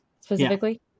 specifically